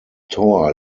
tor